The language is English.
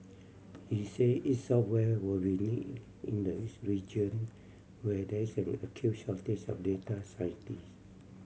he said its software will be needed in this region where there is an acute shortage of data scientist